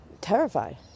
Terrified